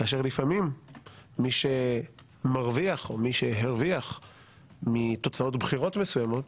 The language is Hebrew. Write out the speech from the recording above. כאשר לפעמים מי שמרוויח או מי שהרוויח מתוצאות בחירות מסוימות